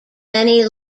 many